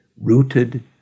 rooted